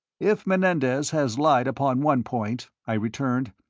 if menendez has lied upon one point, i returned,